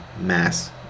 mass